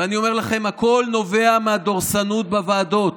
ואני אומר לכם, הכול נובע מהדורסנות בוועדות.